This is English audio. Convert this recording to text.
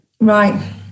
right